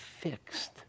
fixed